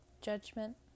Judgment